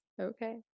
Okay